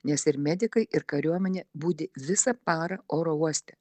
nes ir medikai ir kariuomenė budi visą parą oro uoste